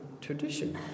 tradition